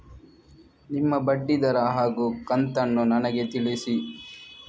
ನಿಮ್ಮ ಬಡ್ಡಿದರ ಹಾಗೂ ಕಂತನ್ನು ನನಗೆ ತಿಳಿಸಿ?